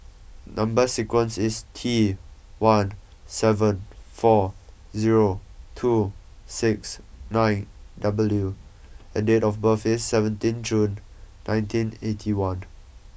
number sequence is T one seven four zero two six nine W and date of birth is seventeen June nineteen eighty one